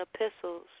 epistles